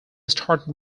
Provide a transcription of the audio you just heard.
started